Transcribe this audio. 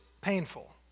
painful